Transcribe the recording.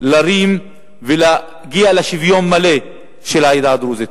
להרים ולהגיע לשוויון מלא של העדה הדרוזית.